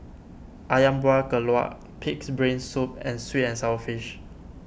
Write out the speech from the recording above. Ayam Buah Keluak Pig's Brain Soup and Sweet and Sour Fish